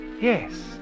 Yes